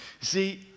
See